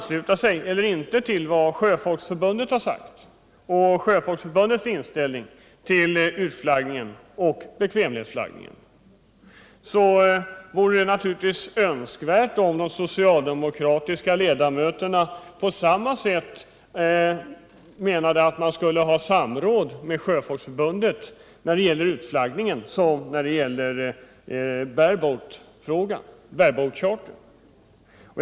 Så till frågan om Sjöfolksförbundets inställning till utflaggningen och bekvämlighetsflaggningen. Det vore naturligtvis önskvärt att de socialdemokratiska ledamöterna ville ha till stånd ett samråd med Sjöfolksförbundet när det gäller utflaggningen likaväl som när det gäller bare-boat charter.